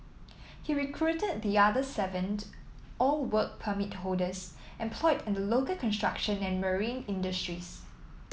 he recruited the other seven all Work Permit holders employed in the local construction and marine industries